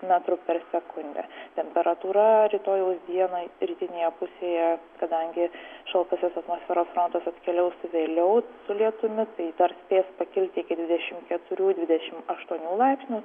metrų per sekundę temperatūra rytojaus dieną rytinėje pusėje kadangi šaltasis atmosferos frontas atkeliaus vėliau su lietumi tai dar spės pakilti iki dvidešim keturių dvidešim aštuonių laipsnių